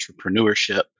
entrepreneurship